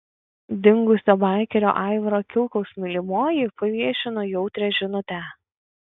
dingusio baikerio aivaro kilkaus mylimoji paviešino jautrią žinutę